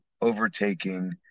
overtaking